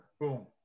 Boom